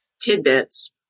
tidbits